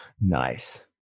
Nice